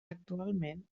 actualment